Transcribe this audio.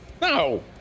no